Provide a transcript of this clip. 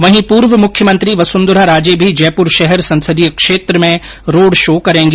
वहीं पूर्व मुख्यमंत्री वसुंधरा राजे भी जयपुर शहर संसदीय क्षेत्र में रोड शो करेंगी